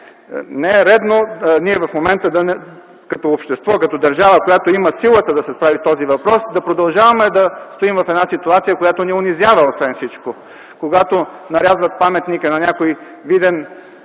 Не е редно ние в момента като общество и държава, която има силата да се справи с този въпрос, да продължаваме да стоим в една ситуация, която освен всичко ни унижава. Когато нарязват паметника на някой виден